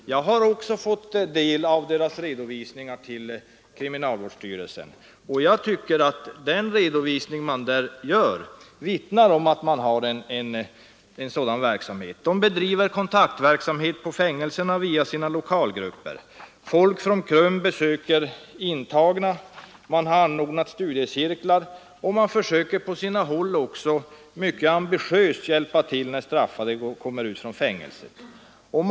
Jag har också fått del av dess redovisningar till kriminalvårdsstyrelsen, och jag tycker att den redovisning som görs vittnar om att man har en meningsfull verksamhet. KRUM bedriver kontaktverksamhet på fängelserna via sina lokalgrupper, folk från KRUM besöker de intagna, man har anordnat studiecirklar och man försöker på sina håll också mycket ambitiöst att hjälpa till när straffade kommer ut från fängelserna.